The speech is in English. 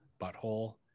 butthole